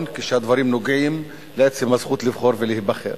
כשהדברים נוגעים בעצם הזכות לבחור ולהיבחר.